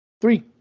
three